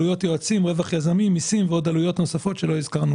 המיזוג אושר.